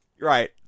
Right